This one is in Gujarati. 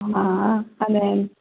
હા અને